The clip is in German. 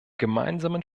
gemeinsamen